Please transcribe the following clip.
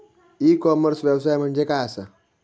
E commerce व्यवसाय म्हणजे काय असा?